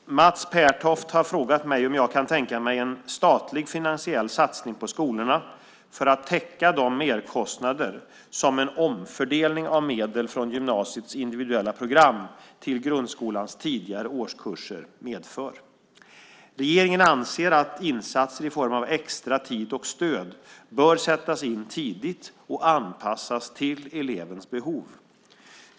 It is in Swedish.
Herr talman! Mats Pertoft har frågat mig om jag kan tänka mig en statlig finansiell satsning på skolorna för att täcka de merkostnader som en omfördelning av medel från gymnasiets individuella program till grundskolans tidigare årskurser medför. Regeringen anser att insatser i form av extra tid och stöd bör sättas in tidigt och anpassas till elevens behov.